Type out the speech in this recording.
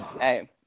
Hey